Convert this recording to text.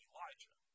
Elijah